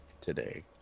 today